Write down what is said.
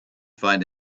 find